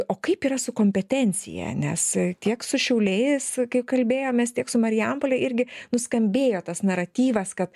o kaip yra su kompetencija nes tiek su šiauliais kaip kalbėjomės tiek su marijampole irgi nuskambėjo tas naratyvas kad